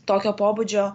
tokio pobūdžio